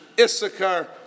Issachar